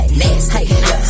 nasty